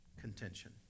Contention